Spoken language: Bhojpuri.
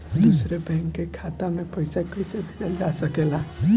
दूसरे बैंक के खाता में पइसा कइसे भेजल जा सके ला?